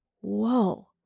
whoa